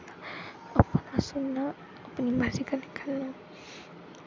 अपना सुन'ना अपनी मर्जी करनी करनी